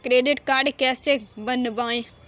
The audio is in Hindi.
क्रेडिट कार्ड कैसे बनवाएँ?